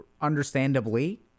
understandably